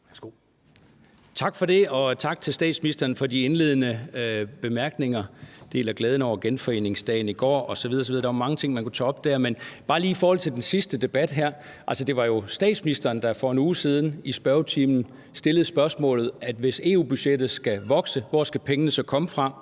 Tak for det, og tak til statsministeren for de indledende bemærkninger. Jeg deler glæden over genforeningsdagen i går osv. osv., og der var mange ting, man der kunne tage op. Men det var bare lige i forhold til den sidste debat her: Altså, det var jo statsministeren, der for en uge siden i spørgetimen stillede spørgsmålet: Hvis EU-budgettet skal vokse, hvor skal pengene så komme fra?